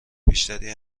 بیشتری